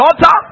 daughter